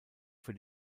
für